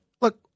look